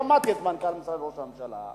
שמעתי את מנכ"ל משרד ראש הממשלה.